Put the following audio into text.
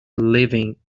living